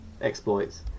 exploits